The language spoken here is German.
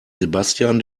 sebastian